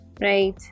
Right